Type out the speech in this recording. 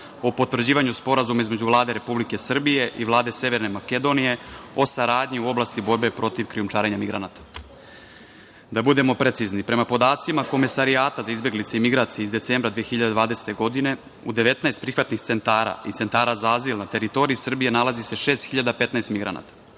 o potvrđivanju Sporazuma između Vlade Republike Srbije i Vlade Severne Makedonije o saradnji u oblasti borbe protiv krijumčarenja migranata. Da budemo precizni, prema podacima Komesarijata za izbeglice i migracije iz decembra 2020. godine u 19 prihvatnih centara i centara za azil na teritoriji Srbije nalazi se 6.015 migranata,